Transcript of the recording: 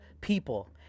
people